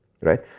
Right